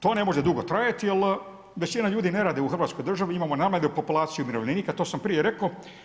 To ne može dugo trajati jel većina ljudi ne radi u Hrvatskoj državi, imamo najmlađu populaciju umirovljenika, to sam prije rekao.